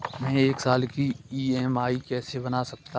मैं एक साल की ई.एम.आई कैसे बना सकती हूँ?